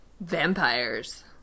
Vampires